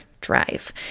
drive